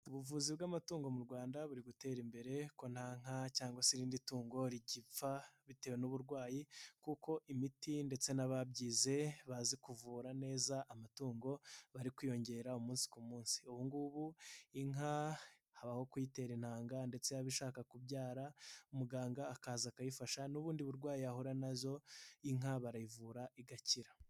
Ubuvuzi bw'amatungo mu Rwanda buri gutera imbere ko nta nka cyangwa se irindi tungo rigipfa, bitewe n'uburwayi kuko imiti ndetse n'ababyize bazi kuvura neza amatungo bari kwiyongera umunsi ku munsi. Ubu ngubu inka habaho kuyitera intanga ndetse yaba ishaka kubyara muganga akaza akayifasha n'ubundi burwayi yahura nazo, inka barayivura igakira.